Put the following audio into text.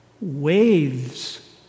Waves